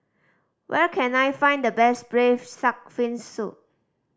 where can I find the best Braised Shark Fin Soup